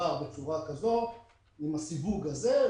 למב"ר בצורה כזאת עם הסיווג הזה,